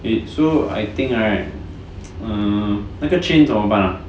eh so I think right err 那个 chain 怎么办 ah